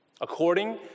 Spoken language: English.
According